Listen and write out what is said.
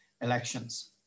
elections